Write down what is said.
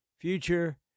Future